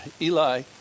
Eli